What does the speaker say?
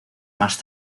más